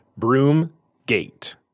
Broomgate